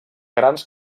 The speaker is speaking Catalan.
grans